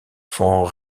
font